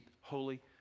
holy